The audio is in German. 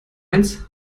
eins